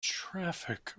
traffic